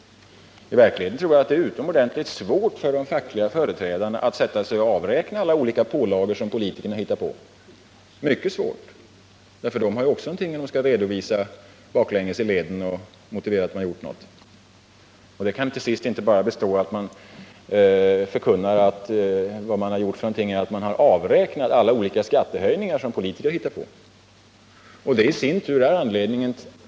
I verkligheten är det nog utomordentligt svårt för de fackliga företrädarna att sätta sig ner och avräkna alla olika pålagor som politikerna hittar på. De fackliga företrädarna måste ju i sin tur kunna redovisa någonting bakåt i leden och visa att de gjort något, och då kan de inte bara förkunna att vad de gjort är att de har avräknat alla olika skattehöjningar som politikerna hittat på.